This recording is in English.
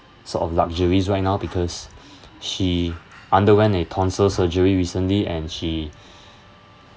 sort of luxuries right now because she underwent a tonsil surgery recently and she